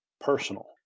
personal